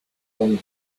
only